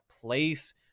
place